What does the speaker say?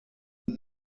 und